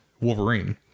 Wolverine